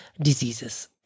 diseases